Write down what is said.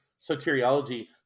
soteriology